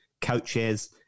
coaches